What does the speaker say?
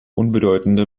unbedeutende